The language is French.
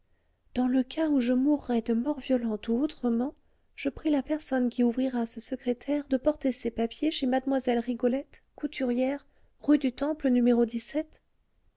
dans le cas où je mourrais de mort violente ou autrement je prie la personne qui ouvrira ce secrétaire de porter ces papiers chez mlle rigolette couturière rue du temple